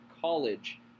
College